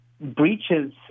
breaches